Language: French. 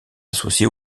associé